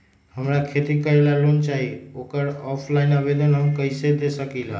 हमरा खेती करेला लोन चाहि ओकर ऑफलाइन आवेदन हम कईसे दे सकलि ह?